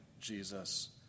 Jesus